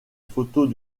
photos